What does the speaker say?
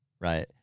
right